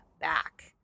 back